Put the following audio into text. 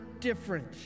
different